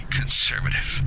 conservative